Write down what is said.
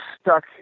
stuck